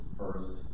first